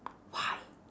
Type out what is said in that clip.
why